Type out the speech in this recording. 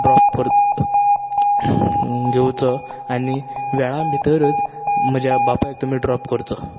drop कोर घेवचो आनी वेळान भितरूच म्हज्या बापायक तुमी ड्रोप करचो